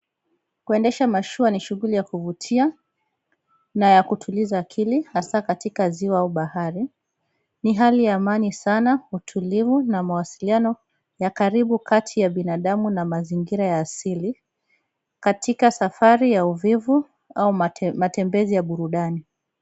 Kuendesha mashua ni shughuli ya kuvutia na ya kutuliza akili hasa katika ziwa au bahari, ni hali ya amani sana, utulivu na mawasiliano ya karibu kati ya binadamu na mazingira ya asili katika safari ya uvivu au matembezi ya burudani.